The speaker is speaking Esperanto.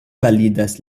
validas